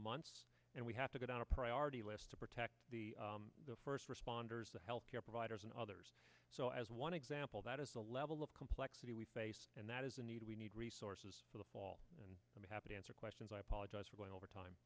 months and we have to get on a priority list to protect the first responders the health care providers and others so as one example that is the level of complexity we face and that is a need we need resources for the fall and i'm happy to answer questions i apologize for going over time